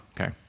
Okay